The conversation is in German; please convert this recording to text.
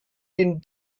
den